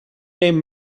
name